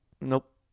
Nope